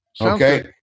Okay